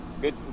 good